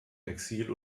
exil